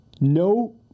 No